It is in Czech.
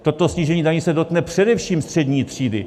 Toto snížení daní se dotkne především střední třídy.